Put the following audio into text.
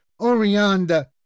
Orianda